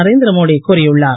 நரேந்திரமோடி கூறியுள்ளார்